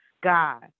God